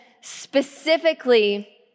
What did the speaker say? specifically